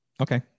okay